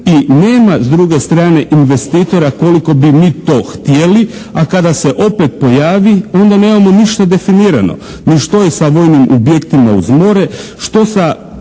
i nema s druge strane investitora koliko bi mi to htjeli, a kada se opet pojavi onda nemamo ništa definirano ni što je sa vojnim objektima uz more, što sa